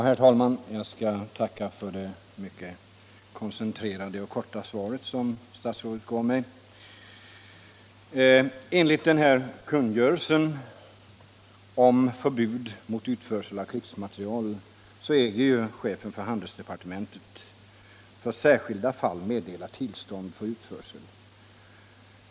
Herr talman! Jag tackar för det mycket koncentrerade och korta svar som statsrådet lämnat på min fråga. Enligt kungörelsen angående förbud mot utförsel av krigsmateriel äger chefen för handelsdepartementet för särskilt fall meddela tillstånd för utförsel.